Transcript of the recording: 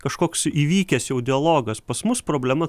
kažkoks įvykęs jau dialogas pas mus problema